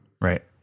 Right